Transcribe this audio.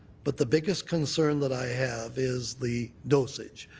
but the biggest concern that i have is the dosage.